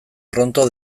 pronto